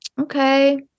okay